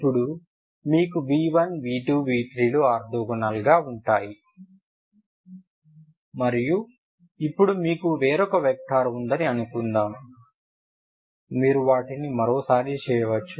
ఇప్పుడు మీకు v1 v2 v3 లు ఆర్తోగోనల్ గా ఉంటాయి మరియు ఇప్పుడు మీకు మరొక వెక్టర్ ఉందని అనుకుందాం మీరు వాటిని మరో సారి చేయవచ్చు